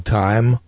time